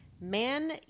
Man